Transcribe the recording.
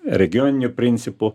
regioniniu principu